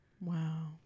Wow